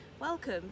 welcome